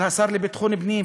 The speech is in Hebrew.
של השר לביטחון פנים,